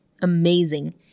amazing